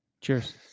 Cheers